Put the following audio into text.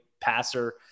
passer